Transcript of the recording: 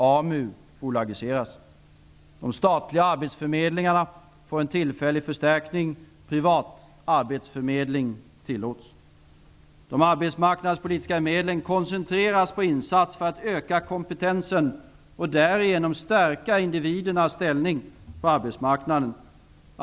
AMU De arbetsmarknadspolitiska medlen koncentreras på insatser för att öka kompetensen och därigenom stärka individernas ställning på arbetsmarknaden.